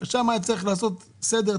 שם היה צריך לעשות סדר,